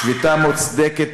שביתה מוצדקת ביותר.